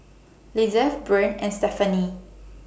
Lizeth Brean and Stephany